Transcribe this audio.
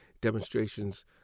demonstrations